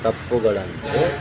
ತಪ್ಪುಗಳೆಂದ್ರೆ